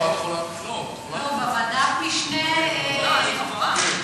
לא, את יכולה, בוועדת משנה לענייני חוץ.